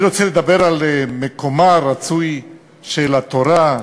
אני רוצה לדבר על המקום הרצוי של התורה,